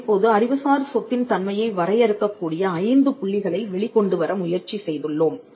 நாம் இப்போது அறிவுசார் சொத்தின் தன்மையை வரையறுக்கக் கூடிய ஐந்து புள்ளிகளை வெளிக்கொண்டுவர முயற்சி செய்துள்ளோம்